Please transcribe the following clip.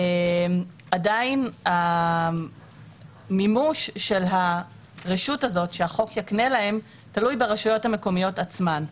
עדין המימוש של הרשות הזאת שהחוק יקנה להם תלוי ברשויות המקומיות עצמן.